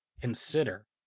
consider